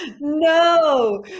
no